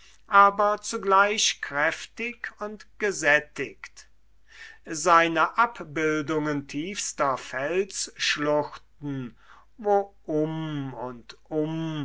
aber zugleich kräftig und gesättigt seine abbildungen tiefer felsschluchten wo um und um